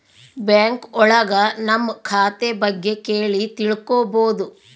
bank ಒಳಗ ನಮ್ ಖಾತೆ ಬಗ್ಗೆ ಕೇಳಿ ತಿಳ್ಕೋಬೋದು